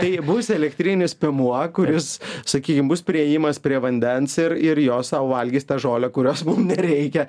tai bus elektrinis piemuo kuris sakykim bus priėjimas prie vandens ir ir jos sau valgys tą žolę kurios mum nereikia